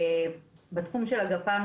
בתחום של הגפ"מ,